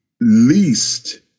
least